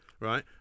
right